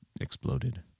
exploded